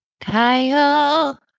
Kyle